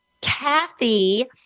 Kathy